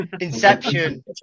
Inception